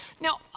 Now